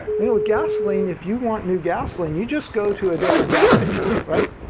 you know with gasoline, if you want new gasoline you just go to a different gas station, right?